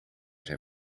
zijn